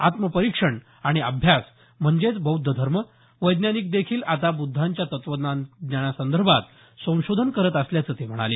आत्मपरिक्षण आणि अभ्यास म्हणजेच बौद्ध धर्म वैज्ञानिक देखील आता बुद्धांच्या तत्त्वांसंदर्भात संशोधन करत असल्याचं ते म्हणाले